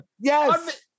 Yes